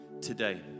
today